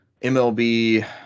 MLB